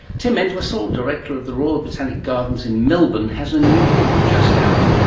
tim entwisle, director of the royal botanic gardens in melbourne, has a new book just out.